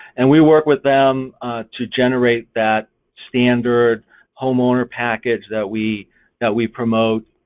and we work with them to generate that standard homeowner package that we that we promote